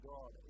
God